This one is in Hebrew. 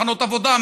מחנות עבודה,